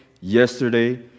yesterday